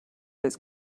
his